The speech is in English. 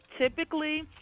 typically